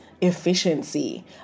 efficiency